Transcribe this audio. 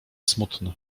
smutny